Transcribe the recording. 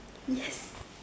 yes